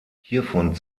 hiervon